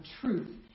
truth